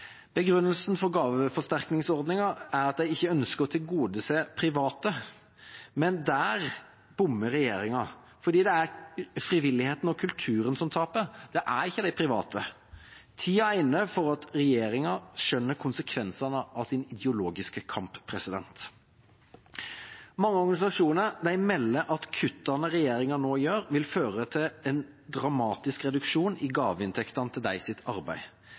Begrunnelsen for fjerningen av gaveforsterkningsordningen er at de ikke ønsker å tilgodese private, men der bommer regjeringa, for det er frivilligheten og kulturen som taper, det er ikke de private. Tiden er inne for at regjeringa skjønner konsekvensene av sin ideologiske kamp. Mange organisasjoner melder at kuttene regjeringa nå gjør, vil føre til en dramatisk reduksjon i gaveinntektene til deres arbeid.